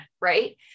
right